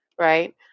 right